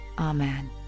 Amen